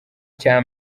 cya